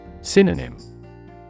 Synonym